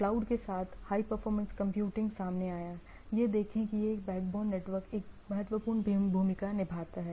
cloud के साथ high performance computing सामने आया यह देखें कि यह बैकबोन नेटवर्क एक महत्वपूर्ण भूमिका निभाता है